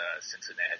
Cincinnati